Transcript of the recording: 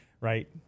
right